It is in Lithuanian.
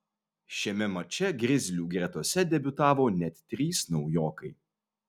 šiame mače grizlių gretose debiutavo net trys naujokai